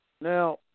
Now